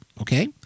Okay